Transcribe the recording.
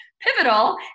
pivotal